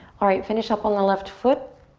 alright, finish up on the left foot